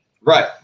Right